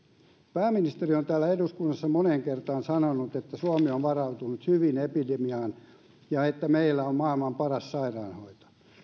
pääministeri on täällä eduskunnassa moneen kertaan sanonut että suomi on varautunut hyvin epidemiaan ja että meillä on maailman paras sairaanhoito